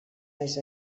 més